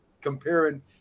comparing